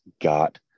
got